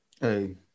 Hey